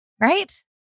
right